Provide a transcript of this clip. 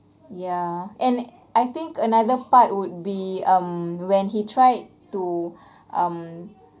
ya and I think another fight would be um when he tried to um